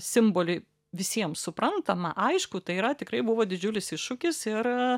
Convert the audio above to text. simbolį visiems suprantamą aiškų tai yra tikrai buvo didžiulis iššūkis ir